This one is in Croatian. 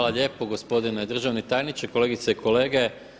lijepo gospodine državni tajniče, kolegice i kolege.